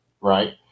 right